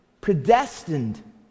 predestined